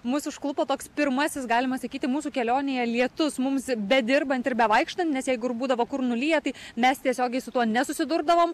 mus užklupo toks pirmasis galima sakyti mūsų kelionėje lietus mums bedirbant ir bevaikštant nes jeigu ir būdavo kur nulyja tai mes tiesiogiai su tuo nesusidurdavom